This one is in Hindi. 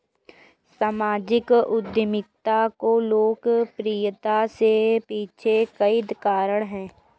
सामाजिक उद्यमिता की लोकप्रियता के पीछे कई कारण है